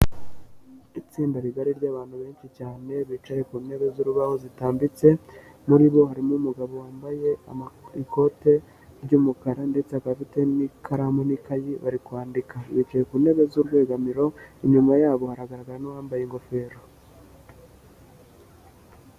Itsinda rigari ry'abantu benshi cyane, bicaye ku ntebe z'urubaho zitambitse, muri bo harimo umugabo wambaye ikote ry'umukara ndetse akaba afite n'ikaramu n'ikayi bari kwandika, bicaye ku ntebe z'urwegamiro, inyuma yabo haragaragara n'uwambaye ingofero.